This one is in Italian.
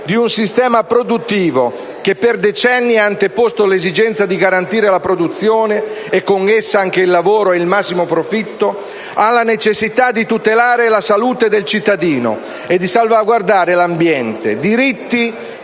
di un sistema produttivo che per decenni ha anteposto l'esigenza di garantire la produzione, e con essa anche il lavoro e il massimo profitto, alla necessità di tutelare la salute del cittadino e di salvaguardare l'ambiente, diritti